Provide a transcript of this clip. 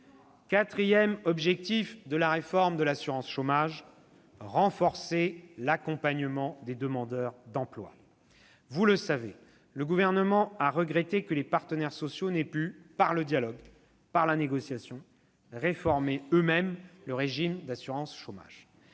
Quatrième objectif de la réforme de l'assurance chômage : renforcer l'accompagnement des demandeurs d'emploi. « Vous le savez, le Gouvernement a regretté que les partenaires sociaux n'aient pu, par le dialogue, réformer eux-mêmes le régime d'assurance chômage,